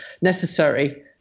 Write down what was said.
necessary